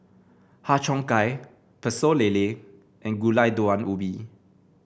Har Cheong Gai Pecel Lele and Gulai Daun Ubi